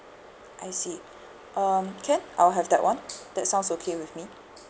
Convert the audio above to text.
I see um can I'll have that one that sounds okay with me